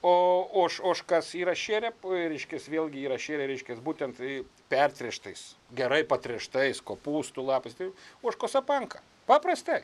o ož ožkas yra šėrę p reiškias vėlgi yra šėrę reiškias būtent pertręštais gerai patręštais kopūstų lapais tai ožkos apanka paprastai